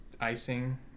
icing